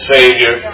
Savior